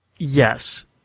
Yes